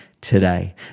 today